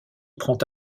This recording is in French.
prend